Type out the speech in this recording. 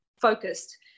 focused